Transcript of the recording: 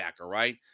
Right